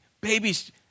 babies